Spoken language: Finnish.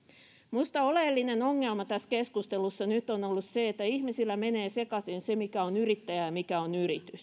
minusta oleellinen ongelma tässä keskustelussa nyt on ollut se että ihmisillä menee sekaisin mikä on yrittäjä ja mikä on yritys